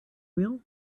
wheel